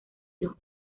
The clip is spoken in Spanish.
los